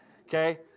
Okay